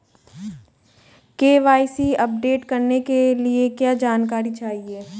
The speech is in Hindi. के.वाई.सी अपडेट करने के लिए क्या जानकारी चाहिए?